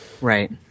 Right